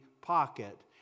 pocket